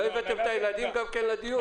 לא הבאתם את הילדים גם כן לדיון?